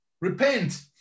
repent